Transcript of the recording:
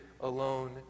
alone